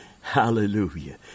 Hallelujah